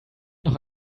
noch